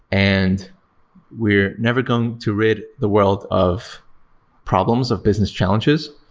and we're never going to rid the world of problems, of business challenges.